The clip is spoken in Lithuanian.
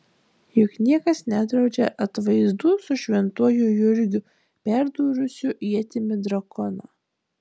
juk niekas nedraudžia atvaizdų su šventuoju jurgiu perdūrusiu ietimi drakoną